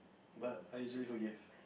but I easily forgive